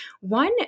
One